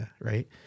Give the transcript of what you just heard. right